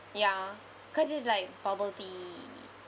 ya cause it's like bubble tea